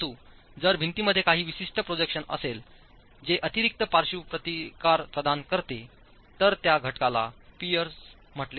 परंतु जर भिंतीमध्ये काही विशिष्ट प्रोजेक्शन असेल जे अतिरिक्त पार्श्विक प्रतिकार प्रदान करते तर त्या घटकाला पायर्स म्हटले जाते